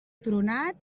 tronat